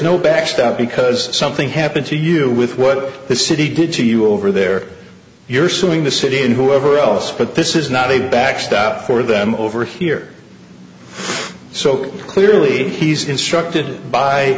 no backstop because something happened to you with what the city did to you over there you're suing the city and whoever else but this is not a backstop for them over here so clearly he's instructed by